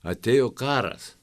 atėjo karas